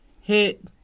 hit